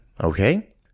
Okay